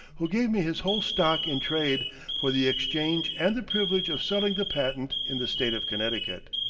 who gave me his whole stock in trade for the exchange and the privilege of selling the patent in the state of connecticut.